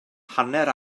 hanner